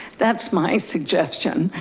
that's my suggestion.